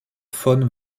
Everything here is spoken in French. faune